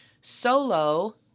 Solo